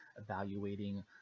evaluating